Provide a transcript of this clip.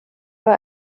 war